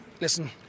listen